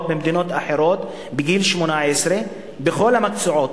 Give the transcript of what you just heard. במדינות אחרות בגיל 18 בכל המקצועות,